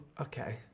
Okay